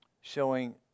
showing